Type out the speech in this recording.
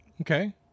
Okay